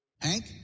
Hank